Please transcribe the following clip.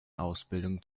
ausbildung